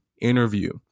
interview